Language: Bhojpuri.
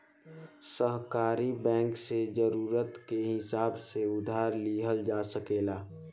सहकारी बैंक से जरूरत के हिसाब से उधार लिहल जा सकेला